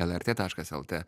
lrt taškas lt